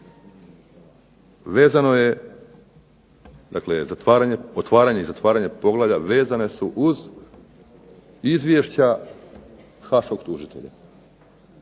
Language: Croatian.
vezano je otvaranje i zatvaranje poglavlja vezane su uz izvješća haškog tužitelja,